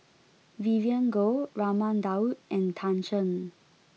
Vivien Goh Raman Daud and Tan Shen